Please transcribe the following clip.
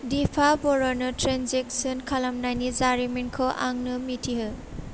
दिपा बर'नो ट्रेन्जेकसन खालामनायनि जारिमिनखौ आंनो मिथिहो